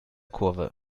kurve